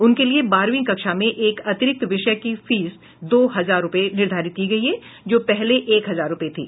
उनके लिए बारहवीं कक्षा में एक अतिरिक्त विषय की फीस दो हजार रुपये निर्धारित की गई है जो पहले एक हजार रुपये थी